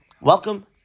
welcome